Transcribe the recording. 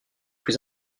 plus